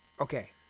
Okay